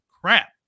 crap